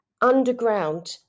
underground